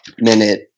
minute